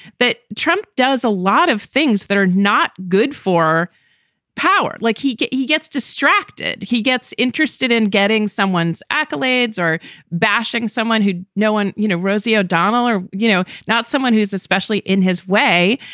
that trump does a lot of things that are not good for power. like he he gets distracted, he gets interested in getting someone's accolades or bashing someone who no one, you know, rosie o'donnell or, you know, not someone who's especially in his way.